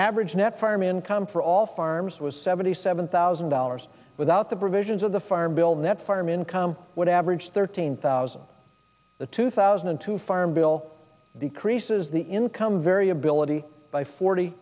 average net farm income for all farms was seventy seven thousand dollars without the provisions of the farm bill net farm income would average thirteen thousand the two thousand and two farm bill decrease says the income variability by forty